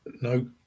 no